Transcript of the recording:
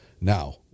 Now